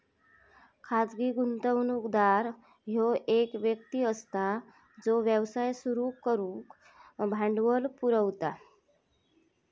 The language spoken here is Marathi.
खाजगी गुंतवणूकदार ह्यो एक व्यक्ती असता जो व्यवसाय सुरू करुक भांडवल पुरवता